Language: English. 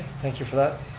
thank you for that.